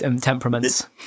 temperaments